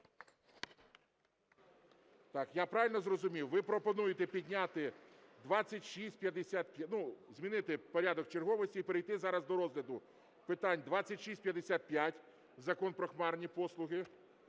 Так, я правильно зрозумів, ви пропонуєте підняти 265... ну, змінити порядок черговості і перейти зараз до розгляду питань 2655 - Закон про хмарні послуги,